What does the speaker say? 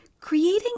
Creating